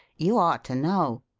you ought to know.